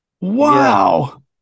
Wow